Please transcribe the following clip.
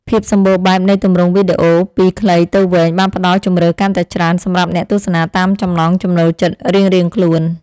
ភាពសម្បូរបែបនៃទម្រង់វីដេអូពីខ្លីទៅវែងបានផ្ដល់ជម្រើសកាន់តែច្រើនសម្រាប់អ្នកទស្សនាតាមចំណង់ចំណូលចិត្តរៀងៗខ្លួន។